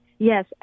Yes